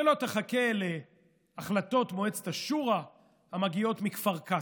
ולא תחכה להחלטות מועצת השורא המגיעות מכפר קאסם.